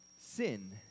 sin